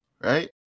right